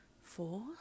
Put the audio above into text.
four